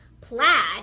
plaid